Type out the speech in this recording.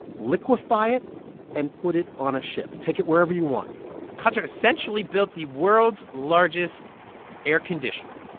liquefy it and put it on a ship take it wherever you want qatar essentially built the world's largest air conditioner,